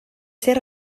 ser